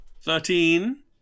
Thirteen